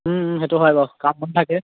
সেইটো হয় বাৰু কাম বন থাকে